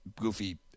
goofy